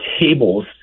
tables